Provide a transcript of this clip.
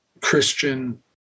Christian